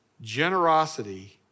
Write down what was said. generosity